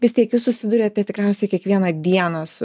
vis tiek jūs susiduriate tikriausiai kiekvieną dieną su